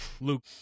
Luke